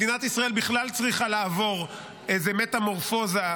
מדינת ישראל בכלל צריכה לעבור איזו מטמורפוזה,